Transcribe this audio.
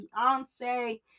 Beyonce